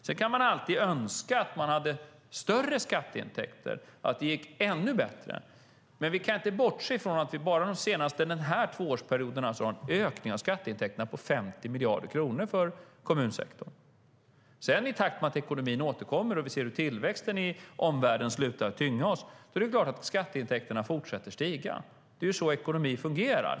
Sedan kan man alltid önska att man hade större skatteintäkter och att det gick ännu bättre. Men vi kan inte bortse från att vi bara den senaste tvåårsperioden alltså har en ökning av skatteintäkterna på 50 miljarder kronor för kommunsektorn. I takt med att ekonomin återkommer och vi ser hur tillväxten i omvärlden slutar att tynga oss är det klart att skatteintäkterna fortsätter att stiga. Det är så ekonomi fungerar.